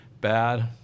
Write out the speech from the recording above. bad